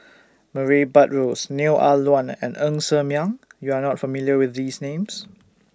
Murray Buttrose Neo Ah Luan and Ng Ser Miang YOU Are not familiar with These Names